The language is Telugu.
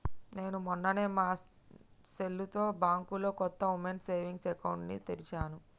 నేను మొన్ననే మా సెల్లుతో బ్యాంకులో కొత్త ఉమెన్స్ సేవింగ్స్ అకౌంట్ ని తెరిచాను